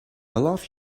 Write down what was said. love